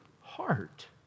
heart